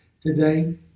today